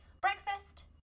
breakfast